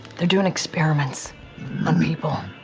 they're doing experiments on people.